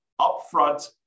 upfront